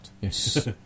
Yes